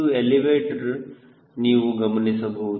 ಇದು ಎಲಿವೇಟರ್ ನೀವು ಗಮನಿಸಬಹುದು